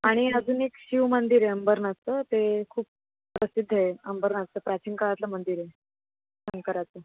आणि अजून एक शिव मंदिर आहे अंबरनाथचं ते खूप प्रसिद्ध आहे अंबरनाथचं प्राचीन काळातलं मंदिर आहे शंकराचं